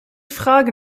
frage